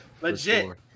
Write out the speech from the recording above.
legit